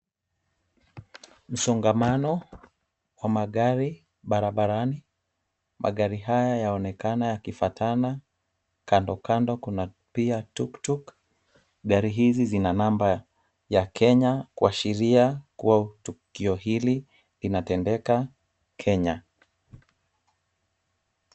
Msongamano wa magari barabarani. Magari haya yaonekana yakifuatana. Kando kando kuna pia tuktuk . Gari hizi zina number ya Kenya, kuashiria kuwa tukio hili linatendeka Kenya.